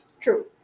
True